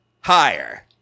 Higher